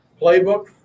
playbook